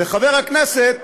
וחבר הכנסת